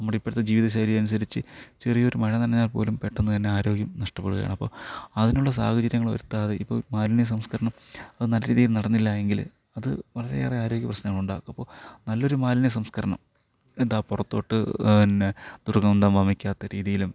നമ്മുടെ ഇപ്പോഴത്തെ ജീവിതശൈലി അനുസരിച്ച് ചെറിയൊരു മഴ നനഞ്ഞാൽ പോലും പെട്ടെന്ന് തന്നെ ആരോഗ്യം നഷ്ടപെടുകയാണ് അപ്പം അതിനുള്ള സാഹചര്യങ്ങൾ വരുത്താതെ ഇപ്പം മാലിന്യ സംസ്കരണം അത് നല്ല രീതിയിൽ നടന്നില്ല എങ്കിൽ അത് വളരെ ഏറെ ആരോഗ്യപ്രശ്നങ്ങൾ ഉണ്ടാക്കും അപ്പോൾ നല്ലൊരു മാലിന്യ സംസ്കരണം എന്താണ് പുറത്തോട്ട് പിന്നെ ദുർഗന്ധം വമിക്കാത്ത രീതിയിലും